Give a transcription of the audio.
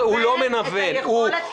הוא מנוון את היכולת.